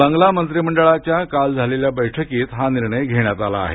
बांगला मंत्रिमंडळाच्या काल झालेल्या बैठकीत हा निर्णय घेण्यात आला आहे